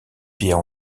pierres